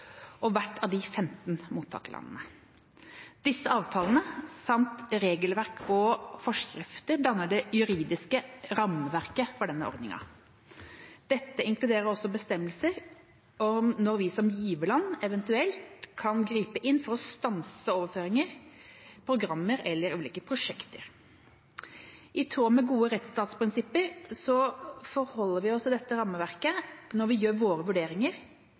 og hvert av de 15 mottakerlandene. Disse avtalene samt regelverk og forskrifter danner det juridiske rammeverket for denne ordningen. Dette inkluderer også bestemmelser om når vi som giverland eventuelt kan gripe inn for å stanse overføringer, programmer eller ulike prosjekter. I tråd med gode rettsstatsprinsipper forholder vi oss til dette rammeverket når vi gjør våre vurderinger,